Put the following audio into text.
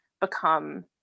become